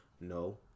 no